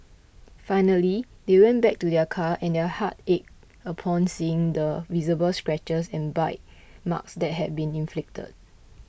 finally they went back to their car and their hearts ached upon seeing the visible scratches and bite marks that had been inflicted